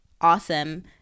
awesome